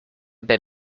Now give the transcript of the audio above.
bit